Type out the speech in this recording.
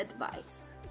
advice